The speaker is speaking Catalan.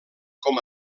com